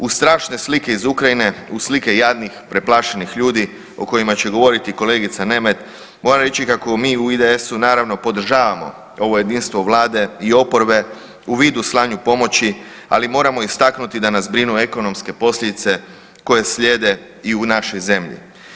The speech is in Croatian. Uz strašne slike iz Ukrajine, uz slike jadnih preplašenih ljudi o kojima će govoriti kolegica Nemet, moram reći kako mi u IDS-u, naravno, podržavamo ovo jedinstvo Vlade i oporbe u vidu slanju pomoći, ali moramo istaknuti da nas brinu ekonomske posljedice koje slijede i u našoj zemlji.